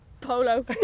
polo